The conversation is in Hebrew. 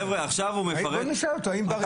בואו נשאל אותו האם בר אילן,